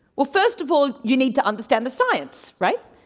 but first of all, you need to understand the science, right?